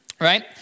right